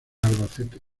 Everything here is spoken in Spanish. albacete